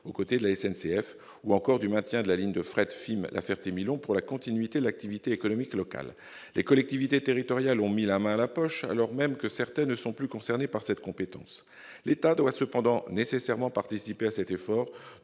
aux côtés de la SNCF, ou encore du maintien de la ligne de fret Fismes-La Ferté-Milon afin d'assurer la continuité de l'activité économique locale. Les collectivités territoriales ont mis la main à la poche, alors même que certaines ne sont plus concernées par cette compétence. L'État doit participer à cet effort,